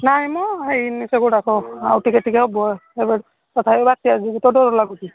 ନାଇଁମ ହୋଇନି ସେଗୁଡ଼ାକ ଆଉ ଟିକେ ଟିକେ ହେବ ଏବେ ତଥାପି ବାତ୍ୟା ଯୋଗୁଁ ତ ଡର ଲାଗୁଛି